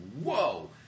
whoa